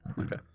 Okay